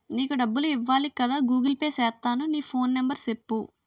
నీకు డబ్బులు ఇవ్వాలి కదా గూగుల్ పే సేత్తాను నీ ఫోన్ నెంబర్ సెప్పు